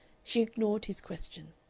she ignored his question.